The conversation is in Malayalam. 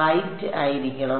റൈറ്റ് ആയിരിക്കണം